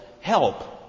help